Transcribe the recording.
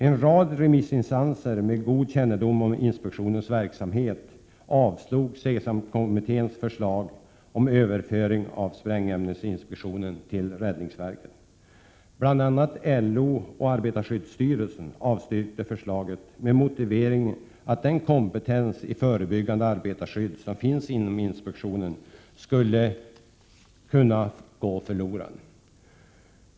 En rad remissinstanser med god kännedom om inspektionens verksamhet avstyrkte Cesamkommitténs förslag om överföring av sprängämnesinspektionen till räddningsverket. Bl. a. LO och arbetarskyddsstyrelsen avstyrkte förslaget med motiveringen att den kompetens i förebyggande arbetarskydd som finns inom inspektionen skulle kunna gå förlorad.